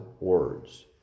words